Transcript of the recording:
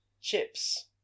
chips